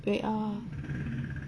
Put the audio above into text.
wait ah